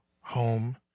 home